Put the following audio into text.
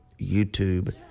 YouTube